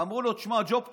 אמרו לו: תשמע, ג'וב טוב,